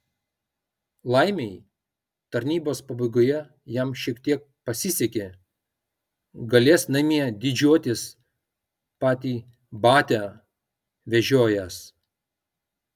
laimei tarnybos pabaigoje jam šiek tiek pasisekė galės namie didžiuotis patį batią vežiojęs